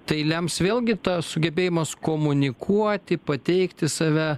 tai lems vėlgi tas sugebėjimas komunikuoti pateikti save